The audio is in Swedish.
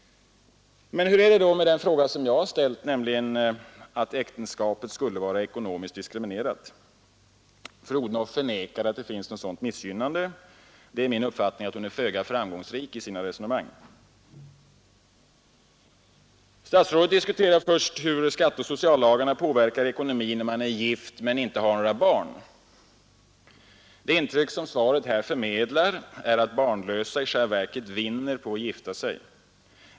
Men hur är det då med frågan i vad mån äktenskapet faktiskt skulle vara ekonomiskt diskriminerat? Fru Odhnoff förnekar att det finns något sådant missgynnande. Det är min uppfattning att hon är föga framgångsrik i sina resonemang. Statsrådet diskuterar först hur skatteoch sociallagar påverkar ekonomin, när man är gift men inte har barn. Det intryck som svaret här förmedlar är att barnlösa i själva verket vinner på att gifta sig.